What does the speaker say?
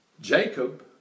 Jacob